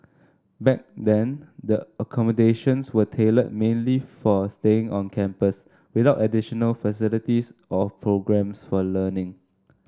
back then the accommodations were tailored mainly for staying on campus without additional facilities or programmes for learning